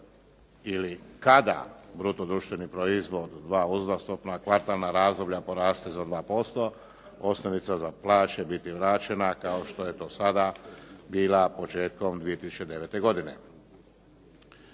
ili kada bruto društveni proizvod, u dva uzastopna kvartalna razdoblja poraste za 2% osnovica za plaće biti vraćena kao što je do sada bila početkom 2009. godine.